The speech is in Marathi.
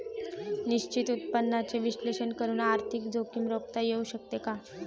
निश्चित उत्पन्नाचे विश्लेषण करून आर्थिक जोखीम रोखता येऊ शकते का?